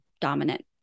dominant